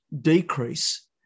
decrease